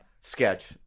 sketch